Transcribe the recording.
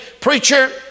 Preacher